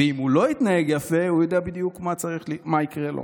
ואם הוא לא יתנהג יפה, הוא יודע בדיוק מה יקרה לו.